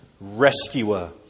rescuer